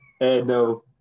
no